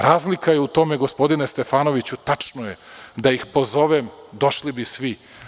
Razlika je u tome, gospodine Stefanoviću, tačno je, da ih pozovem, došli bi svi.